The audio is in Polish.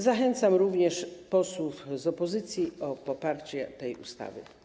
Zachęcam również posłów z opozycji do poparcia tej ustawy.